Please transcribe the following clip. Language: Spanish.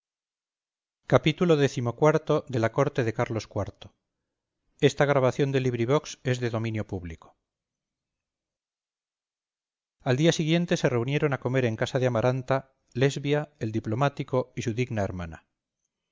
xxvi xxvii xxviii la corte de carlos iv de benito pérez galdós al día siguiente se reunieron a comer en casa de amaranta lesbia el diplomático y su digna hermana